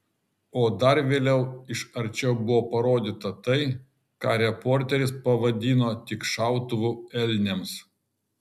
o dar vėliau iš arčiau buvo parodyta tai ką reporteris pavadino tik šautuvu elniams